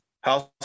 house